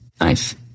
Nice